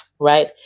right